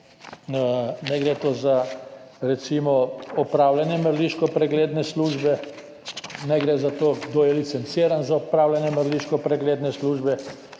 naj gre recimo za opravljanje mrliško pregledne službe, naj gre za to, kdo je licenciran za opravljanje mrliško pregledne službe,